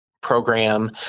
Program